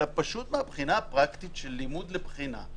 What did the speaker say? אלא פשוט מהבחינה הפרקטית של לימוד לבחינה,